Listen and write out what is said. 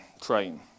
train